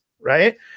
right